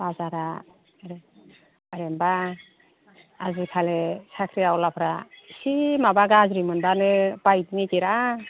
बाजारआव आरो ओरैनोबा आजिखालि साख्रि आवलाफ्रा एसे माबा गाज्रि मोनबानो बायनो नागिरा